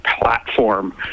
platform